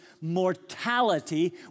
mortality